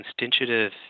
constitutive